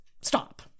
stop